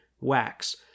wax